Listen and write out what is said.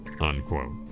Unquote